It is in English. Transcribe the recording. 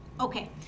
Okay